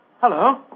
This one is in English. Hello